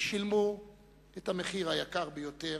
שילמו את המחיר היקר ביותר,